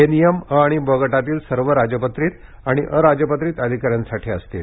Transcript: हे नियम अ आणि ब गटातील सर्व राजपत्रित आणि अराजपत्रित अधिकाऱ्यांसाठी असतील